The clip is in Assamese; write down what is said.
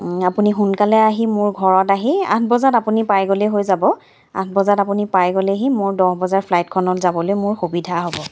আপুনি সোনকালে আহি মোৰ ঘৰত আহি আঠ বজাত আপুনি পাই গ'লেই হৈ যাব আঠ বজাত আপুনি পাই গ'লেহি মোৰ দহ বজাৰ ফ্লাইটখনত যাবলৈ মোৰ সুবিধা হ'ব